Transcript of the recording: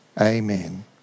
Amen